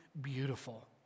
beautiful